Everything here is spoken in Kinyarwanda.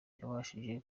yabashije